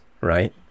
right